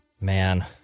Man